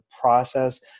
process